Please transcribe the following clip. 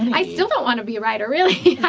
i still don't want to be a writer. really